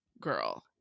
girl